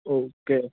okay